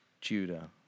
Judah